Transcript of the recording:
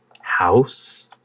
house